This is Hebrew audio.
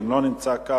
ואם הוא לא נמצא כאן,